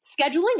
scheduling